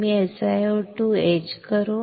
मी SiO2 इच करू